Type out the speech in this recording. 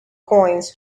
coins